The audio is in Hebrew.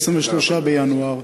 23 בינואר,